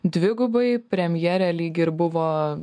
dvigubai premjerė lyg ir buvo